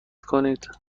کنید